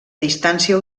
distància